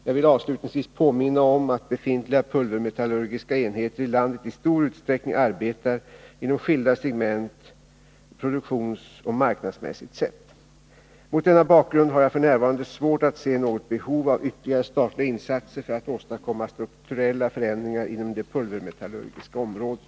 Jag vill avslutningsvis påminna om att befintliga pulvermetallurgiska enheter i landet i stor utsträckning arbetar inom skilda segment, produktionsoch marknadsmässigt sett. Mot denna bakgrund har jag f. n. svårt att se något behov av ytterligare statliga insatser för att åstadkomma strukturella förändringar inom det pulvermetallurgiska området.